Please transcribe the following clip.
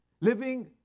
Living